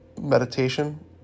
meditation